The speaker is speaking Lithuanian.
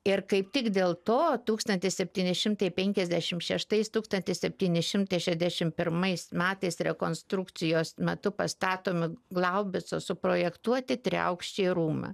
ir kaip tik dėl to tūkstantis septyni šimtai penkiasdešim šeštais tūkstantis septyni šimtai šešiasdešim pirmais metais rekonstrukcijos metu pastatomi glaubico suprojektuoti triaukščiai rūmai